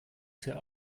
sehr